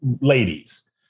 ladies